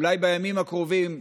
אולי בימים הקרובים,